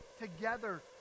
together